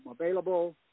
available